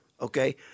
okay